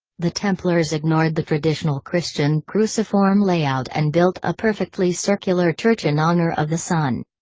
the templars ignored the traditional christian cruciform layout and built a perfectly circular church in honor of the sun.